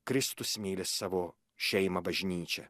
kristus myli savo šeimą bažnyčią